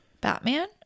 batman